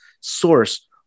source